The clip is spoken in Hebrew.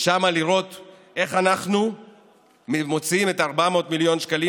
ושם לראות איך אנחנו מוצאים את 400 מיליון השקלים